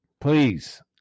Please